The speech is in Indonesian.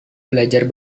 belajar